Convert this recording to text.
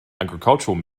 agricultural